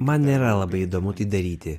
man nėra labai įdomu tai daryti